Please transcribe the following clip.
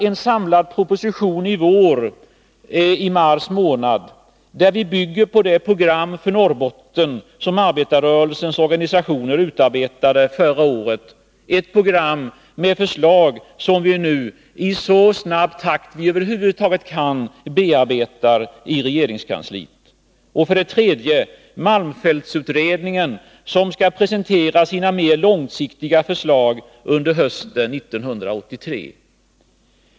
En samlad proposition i vår — i mars månad — där vi bygger på det program för Norrbotten som arbetarrörelsens organisationer utarbetade förra året. Det är ett program med förslag som vi nu bearbetar i regeringskansliet i så snabb takt vi över huvud taget kan. 3. Malmfältsutredningen, som skall presentera sina mer långsiktiga förslag under hösten 1983.